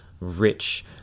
rich